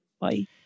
Bye